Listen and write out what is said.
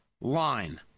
line